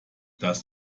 das